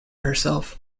herself